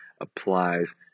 applies